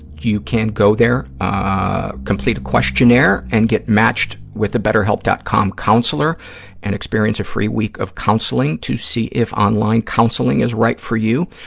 you can go there, ah complete a questionnaire, and get matched with a betterhelp. com counselor and experience a free week of counseling to see if online counseling is right for you.